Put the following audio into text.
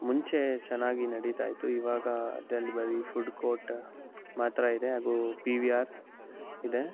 ಮುಂಚೆ ಚೆನ್ನಾಗಿ ನಡಿತಾ ಇತ್ತು ಈವಾಗ ಅದ್ರಲ್ಲಿ ಬರೀ ಫುಡ್ ಕೋಟ್ ಮಾತ್ರ ಇದೆ ಹಾಗೂ ಪಿವಿಆರ್ ಇದೆ